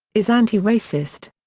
is anti-racist.